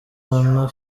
anna